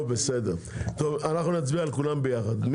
טוב בסדר, אנחנו נצביע על כולם ביחד.